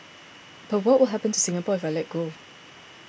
but what will happen to Singapore if I let go